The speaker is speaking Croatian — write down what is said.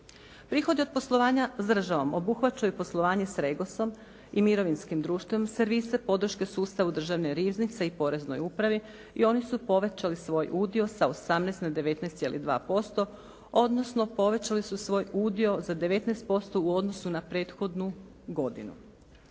Prihodi od poslovanja s državom obuhvaćaju poslovanje s Regosom i mirovinskim … /Govornica se ne razumije./ … servise, podrške sustavu državne riznice i poreznoj upravi i oni su povećali svoj udio sa 18 na 19,2% odnosno povećali su svoj udio za 19% u odnosu na prethodnu godinu.